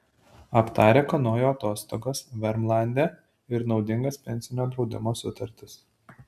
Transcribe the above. aptarė kanojų atostogas vermlande ir naudingas pensinio draudimo sutartis